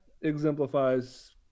exemplifies –